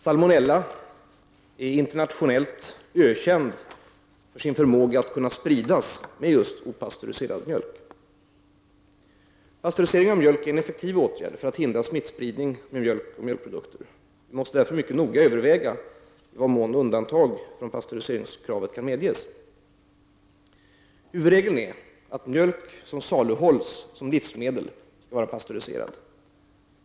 Salmonella är internationellt ökänd för sin förmåga att kunna spridas med opastöriserad mjölk. Pastörisering av mjölk är en effektiv åtgärd för att hindra smittspridning med mjölk och mjölkprodukter. Vi måste därför mycket noga överväga i vad mån undantag från pastöriseringskravet kan medges. Huvudregeln är att mjölk som saluhålls som livsmedel skall vara pastöriserad.